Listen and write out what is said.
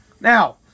Now